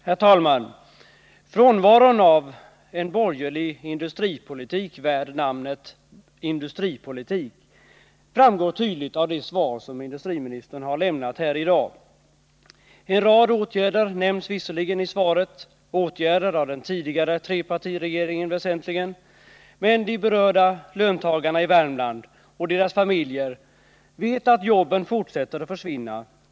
Herr talman! Frånvaron av en borgerlig industripolitik värd namnet industripolitik framgår tydligt av det svar som industriministern har lämnat här i dag. En rad åtgärder nämns visserligen i svaret, åtgärder av den tidigare trepartiregeringen väsentligen, men de berörda löntagarna i Värmland och deras familjer vet att jobben fortsätter att försvinna.